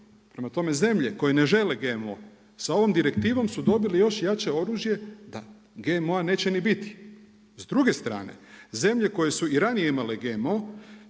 Prema tome, zemlje koje ne žele GMO, sa ovom direktivom su dobile još jače oružje da GMO neće ni biti. S druge strane, zemlje koje su i ranije imali GMO,